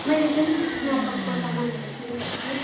मैले जुन मेकपको सामानहरू किनेको थिएँ